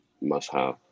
must-have